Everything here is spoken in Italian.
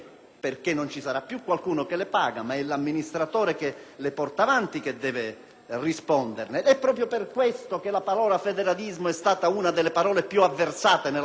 È proprio per questo che la parola federalismo è stata una delle più avversate nella storia della nostra Repubblica, dapprima quando si parlava di semplice decentramento e poi quando diventò